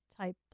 type